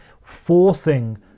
forcing